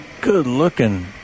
good-looking